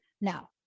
Now